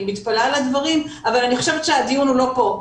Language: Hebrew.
אני מתפלאת על הדברים אבל אני חושבת שהדיון הוא לא פה.